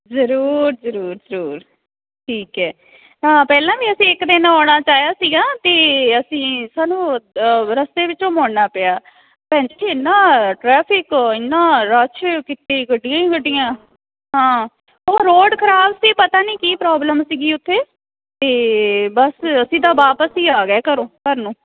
ਜ਼ਰੂਰ ਜ਼ਰੂਰ ਜ਼ਰੂਰ ਠੀਕ ਹੈ ਹਾਂ ਪਹਿਲਾਂ ਵੀ ਅਸੀਂ ਇੱਕ ਦਿਨ ਆਉਣਾ ਚਾਹਿਆ ਸੀਗਾ ਅਤੇ ਅਸੀਂ ਸਾਨੂੰ ਰਸਤੇ ਵਿੱਚੋਂ ਮੁੜਨਾ ਪਿਆ ਭੈਣ ਜੀ ਇੰਨਾ ਟਰੈਫਿਕ ਇੰਨਾ ਰੱਸ਼ ਕਿਤੇ ਗੱਡੀਆਂ ਹੀ ਗੱਡੀਆਂ ਹਾਂ ਉਹ ਰੋਡ ਖਰਾਬ ਸੀ ਪਤਾ ਨਹੀਂ ਕੀ ਪ੍ਰੋਬਲਮ ਸੀਗੀ ਉੱਥੇ ਅਤੇ ਬਸ ਅਸੀਂ ਤਾਂ ਵਾਪਸ ਹੀ ਆ ਗਏ ਘਰ ਘਰ ਨੂੰ